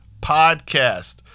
podcast